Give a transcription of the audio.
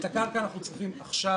אנחנו צריכים את הקרקע עכשיו,